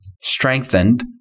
strengthened